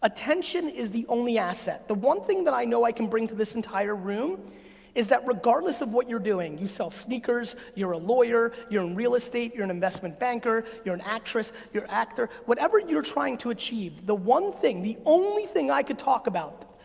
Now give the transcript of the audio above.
attention is the only asset. the one thing that i know i can bring to this entire room is that regardless of what you're doing, you sell sneakers, you're a lawyer, you're in real estate, you're an investment banker, you're an actress, you're an actor, whatever you're trying to achieve, the one thing, the only thing i could talk about,